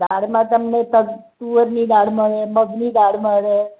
દાળમાં તમને તક તુવેરની દાળ મળે મગની દાળ મળે